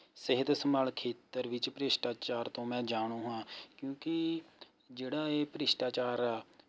ਸਿਹਤ ਸੰਭਾਲ ਖੇਤਰ ਵਿੱਚ ਭ੍ਰਿਸ਼ਟਾਚਾਰ ਤੋਂ ਮੈਂ ਜਾਣੂ ਹਾਂ ਕਿਉਂਕਿ ਜਿਹੜਾ ਇਹ ਭ੍ਰਿਸ਼ਟਾਚਾਰ ਆ